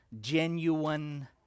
genuine